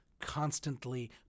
constantly